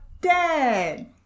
dead